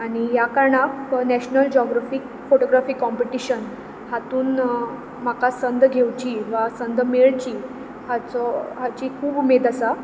आनी ह्या कारणाक नेशनल जॉग्रफीक फोटोग्रफी कोम्पटीशन हातूंन म्हाका संद घेवची वा संद मेळची हाचो हाची खूब उमेद आसा